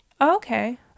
Okay